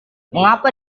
mengapa